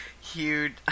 huge